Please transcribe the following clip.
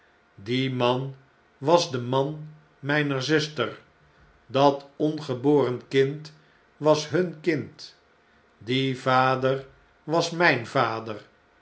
die man was de man mjjner zuster dat ongeboren kind was hun kind die vader was mijh vader